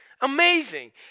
amazing